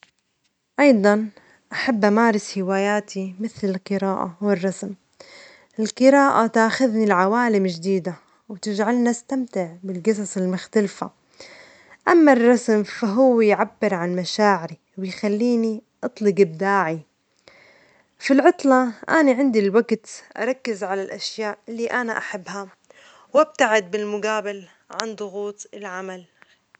أيضاً أحب أمارس هواياتي مثل القراءة والرسم، القراءة تأخذني إلى عوالم جديدة وتجعلني أستمتع بالجصص المختلفة، أما الرسم فهو يعبر عن مشاعري ويخليني أطلج إبداعي، في العطلة أنا عندي الوقت أركز على الأشياء اللي أنا أحبها وأبتعد بالمجابل عن ضغوط العمل.